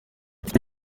iyi